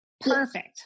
Perfect